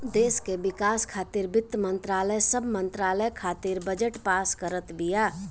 देस के विकास खातिर वित्त मंत्रालय सब मंत्रालय खातिर बजट पास करत बिया